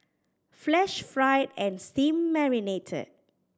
flash fried and steam marinated